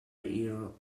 earle